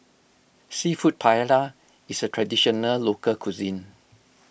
Seafood Paella is a Traditional Local Cuisine